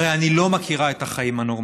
הרי אני לא מכירה את החיים הנורמטיביים.